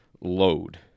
load